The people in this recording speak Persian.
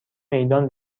میدان